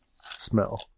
smell